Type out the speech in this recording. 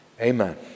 Amen